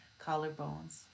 collarbones